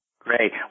Great